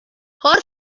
her